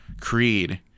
Creed